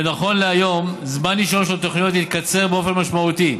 ונכון להיום זמן אישורן של התוכניות התקצר באופן משמעותי.